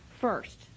first